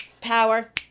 power